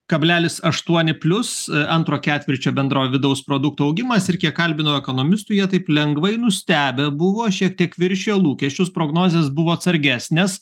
kablelis aštuoni plius antro ketvirčio bendrojo vidaus produkto augimas ir kiek kalbinau ekonomistų jie taip lengvai nustebę buvo šiek tiek viršijo lūkesčius prognozės buvo atsargesnės